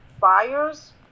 buyers